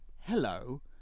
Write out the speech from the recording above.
Hello